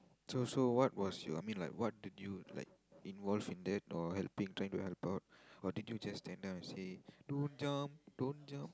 so so what was your I mean like what did you like involve in that or helping trying to help out or did you just stand there and say don't jump don't jump